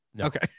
Okay